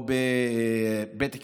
או בית כנסת,